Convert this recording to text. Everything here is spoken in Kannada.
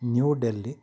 ನ್ಯೂ ಡೆಲ್ಲಿ